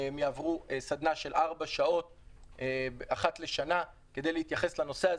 הם יעברו סדנה של ארבע שעות אחת לשנה כדי להתייחס לנושא הזה.